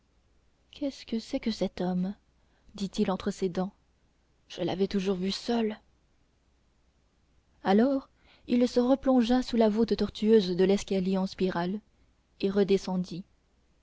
qu'est-ce que c'est que cet homme dit-il entre ses dents je l'avais toujours vue seule alors il se replongea sous la voûte tortueuse de l'escalier en spirale et redescendit